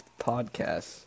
podcasts